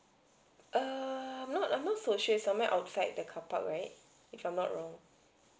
err I'm not not so sure somewhere outside the carpark right if I'm not wrong